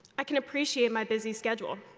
i can appreciate my busy schedule.